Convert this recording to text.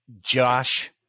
Josh